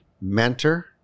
mentor